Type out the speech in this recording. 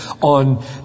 on